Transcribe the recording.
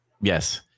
yes